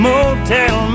Motel